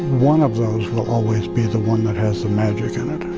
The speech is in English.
one of those will always be the one that has the magic in it.